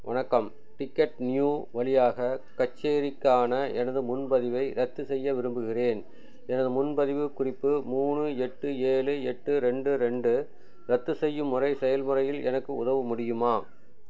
வணக்கம் ticket new வழியாக கச்சேரிக்கான எனது முன்பதிவை ரத்து செய்ய விரும்புகிறேன் எனது முன்பதிவு குறிப்பு மூணு எட்டு ஏழு எட்டு ரெண்டு ரெண்டு ரத்து செய்யும் முறை செயல்முறையில் எனக்கு உதவ முடியுமா